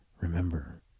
Remember